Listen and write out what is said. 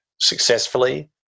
successfully